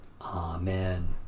Amen